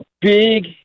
big